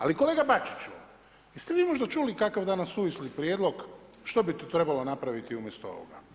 Ali kolega Bačiću, jeste vi možda čuli kakav danas suvisli prijedlog što bi to trebalo napraviti umjesto ovoga?